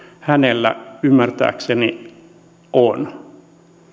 hänellä ymmärtääkseni on